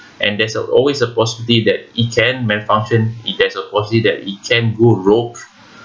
and there's always a possibility that it can malfunction it has a possibility that it can go rogue